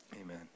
Amen